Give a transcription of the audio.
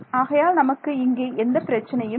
ஆகையால் நமக்கு இங்கே எந்த பிரச்சனையும் இல்லை